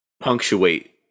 punctuate